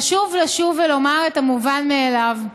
חשוב לשוב ולומר את המובן מאליו: